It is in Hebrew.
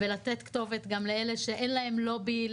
ולתת כתובת גם לאלה שאין להם לובי,